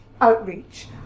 outreach